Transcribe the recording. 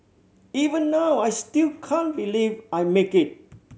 even now I still can't believe I make it